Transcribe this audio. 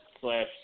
slash